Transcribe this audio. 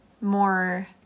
more